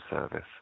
service